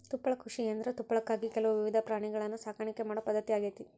ತುಪ್ಪಳ ಕೃಷಿಯಂದ್ರ ತುಪ್ಪಳಕ್ಕಾಗಿ ಕೆಲವು ವಿಧದ ಪ್ರಾಣಿಗಳನ್ನ ಸಾಕಾಣಿಕೆ ಮಾಡೋ ಪದ್ಧತಿ ಆಗೇತಿ